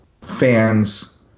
fans